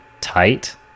tight